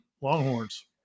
Longhorns